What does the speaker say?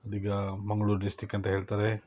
ಇದೀಗ ಮಂಗ್ಳೂರು ಡಿಸ್ಟ್ರಿಕ್ ಅಂತ ಹೇಳ್ತಾರೆ